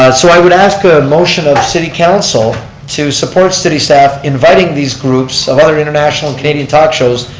so i would ask a motion of city council to support city staff inviting these groups of other international canadian talk shows,